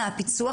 מהפיצוח,